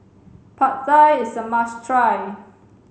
Pad Thai is a must try